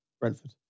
Brentford